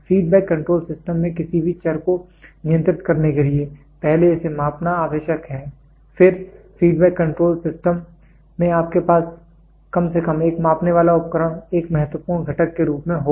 feedback control system में किसी भी चर को नियंत्रित करने के लिए पहले इसे मापना आवश्यक है फिर फीडबैक कंट्रोल सिस्टम में आपके पास कम से कम एक मापने वाला उपकरण एक महत्वपूर्ण घटक के रूप में होगा